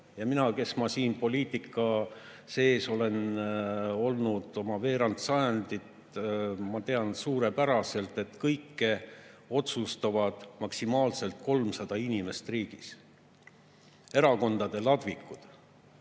Mina, kes ma olen poliitika sees olnud oma veerand sajandit, tean suurepäraselt, et kõike otsustavad maksimaalselt 300 inimest riigis: erakondade ladvikud.